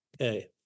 okay